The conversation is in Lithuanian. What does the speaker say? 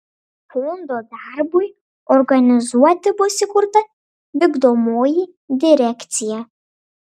fondo darbui organizuoti bus įkurta vykdomoji direkcija